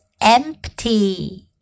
empty